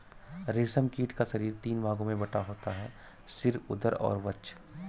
रेशम कीट का शरीर तीन भागों में बटा होता है सिर, उदर और वक्ष